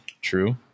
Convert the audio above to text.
True